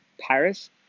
Paris